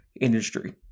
industry